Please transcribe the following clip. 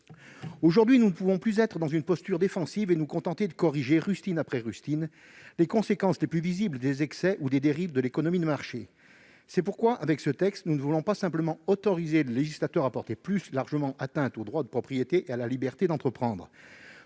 Aujourd'hui, nous ne pouvons plus être dans une posture défensive et nous contenter de corriger, rustine après rustine, les conséquences les plus visibles des excès ou des dérives de l'économie de marché. C'est pourquoi, avec ce texte, nous ne voulons pas simplement autoriser le législateur à porter plus largement atteinte au droit de propriété et à la liberté d'entreprendre.